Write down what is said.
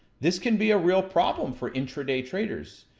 this can be a real problem for intraday traders.